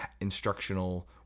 instructional